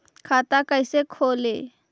खाता कैसे खोले?